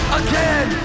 again